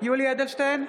יולי יואל אדלשטיין,